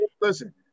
Listen